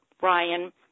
Brian